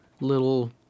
little